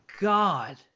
God